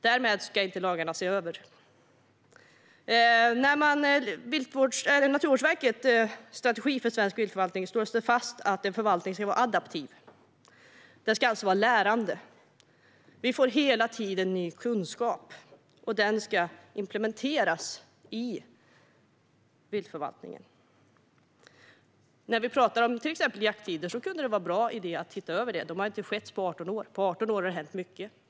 Därmed ska inte lagarna ses över. I Naturvårdsverkets Strategi för svensk viltförvaltning slås det fast att förvaltningen ska vara adaptiv. Den ska alltså vara lärande. Vi får hela tiden ny kunskap, och den ska implementeras i viltförvaltningen. Till exempel jakttiderna kunde det vara en bra idé att se över. Detta har inte skett på 18 år, men på 18 år har det hänt mycket.